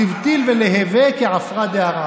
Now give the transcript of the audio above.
לבטיל ולהווי הפקר כעפרא דארעא",